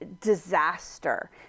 disaster